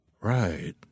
Right